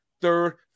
third